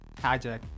Hijack